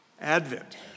Advent